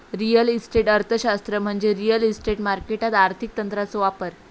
real estate अर्थशास्त्र म्हणजे real estate मार्केटात आर्थिक तंत्रांचो वापर